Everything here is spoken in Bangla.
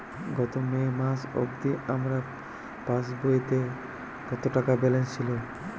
গত মে মাস অবধি আমার পাসবইতে কত টাকা ব্যালেন্স ছিল?